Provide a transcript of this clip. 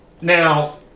Now